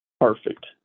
perfect